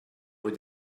rue